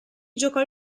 giocò